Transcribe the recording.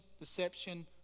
deception